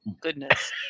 goodness